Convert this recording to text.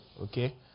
Okay